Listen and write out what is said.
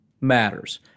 matters